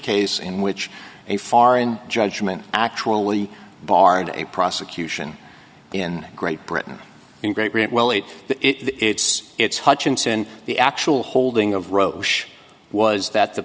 case in which a foreign judgment actually barring a prosecution in great britain or in great britain will it that it's its hutchinson the actual holding of roche was that the